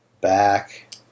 back